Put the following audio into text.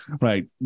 Right